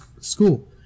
school